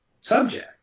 subject